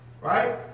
right